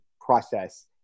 process